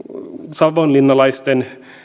savonlinnalaisten